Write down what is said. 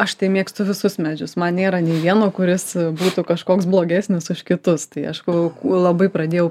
aš tai mėgstu visus medžius man nėra nei vieno kuris būtų kažkoks blogesnis už kitus tai aišku labai pradėjau